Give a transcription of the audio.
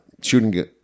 shooting